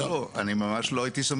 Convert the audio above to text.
אני ממש לא הייתי שמח.